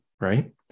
Right